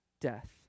death